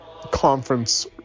Conference